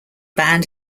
band